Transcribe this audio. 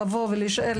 התאפקתי ובאתי ונשארתי,